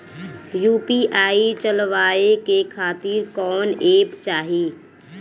UPI चलवाए के खातिर कौन एप चाहीं?